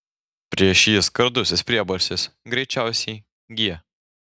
prieš jį skardusis priebalsis greičiausiai g